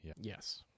Yes